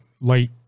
light